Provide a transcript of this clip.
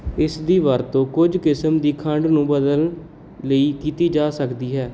ਇਸ ਦੀ ਵਰਤੋਂ ਕੁਝ ਕਿਸਮ ਦੀ ਖੰਡ ਨੂੰ ਬਦਲਣ ਲਈ ਕੀਤੀ ਜਾ ਸਕਦੀ ਹੈ